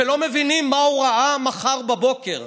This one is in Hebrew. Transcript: שלא מבינים מה ההוראה מחר בבוקר.